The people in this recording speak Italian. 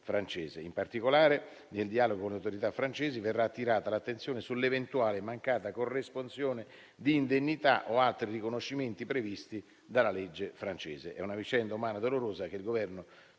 In particolare, nel dialogo con le autorità francesi, verrà attirata l'attenzione sull'eventuale mancata corresponsione di indennità o altri riconoscimenti previsti dalla legge francese. È una vicenda umana dolorosa che il Governo